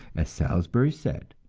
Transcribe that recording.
as salisbury said,